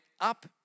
up